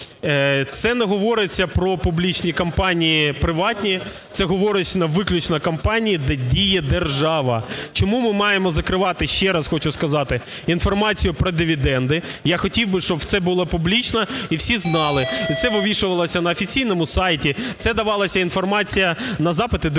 Це не говориться про публічні компанії приватні, це говориться виключно компанії, де діє держава. Чому ми маємо закривати, ще раз хочу сказати, інформацію про дивіденди? Я хотів би, щоб це було публічно, і всі знали, і це вивішувалося на офіційному сайті, це давалася інформація на запити депутатів